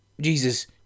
Jesus